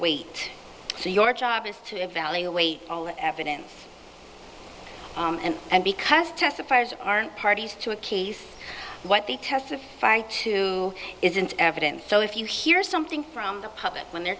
weight so your job is to evaluate all the evidence and because testifies aren't parties to a case what they testify to isn't evidence so if you hear something from the public when they're